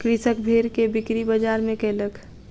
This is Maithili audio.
कृषक भेड़ के बिक्री बजार में कयलक